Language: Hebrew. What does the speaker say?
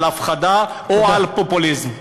על הפחדה או על פופוליזם?